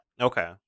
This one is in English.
Okay